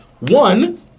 One